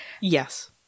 Yes